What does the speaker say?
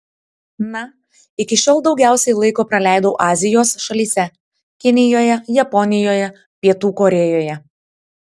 na iki šiol daugiausiai laiko praleidau azijos šalyse kinijoje japonijoje pietų korėjoje